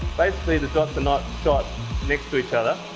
basically the dots are not shot next to each other.